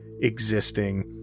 existing